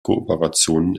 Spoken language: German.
kooperationen